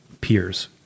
peers